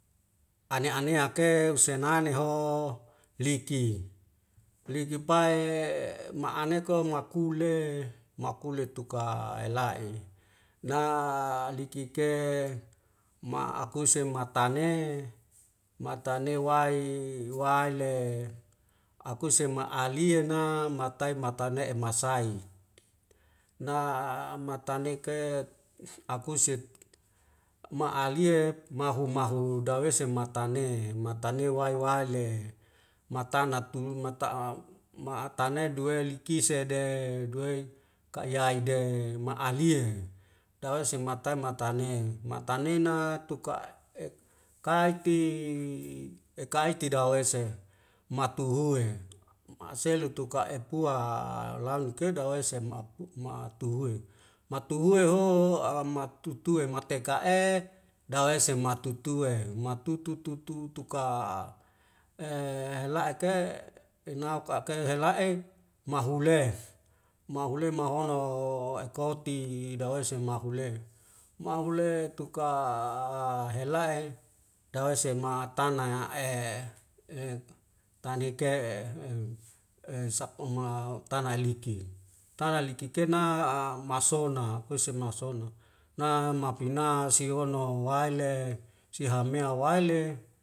Ane anea ke usen nane ho liki liki pae ma'ane ko makule makule tuka ela'e na liki ke ma'akuse matane matane waei waile akuse ma alien na matai matane emasai na matane ke eat akuset ma aliyet mahu mahu dawese matana e matane wae wae le matana tulu mata'a ma'tanae duwe liki sede duwe ka'ya ide ma aliye dawei semata e matane matena na tuka ek kaiti ekaiti dawese matuhue u'am selu tuka'epua lalu ke dawese sema apu ma atuhui matuhui o a matutue mateka'e dawese matutue matutu tutu tuka e la'eke enauk ka hela'e mahule mahule mahono ekoti dawase mahule mahule tuka a a helae dawei sema tana a e e tanek'e e sak'uma tana eliki tana eliki ke na a masona huse masono na mapina siono waele sihameua waile